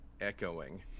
echoing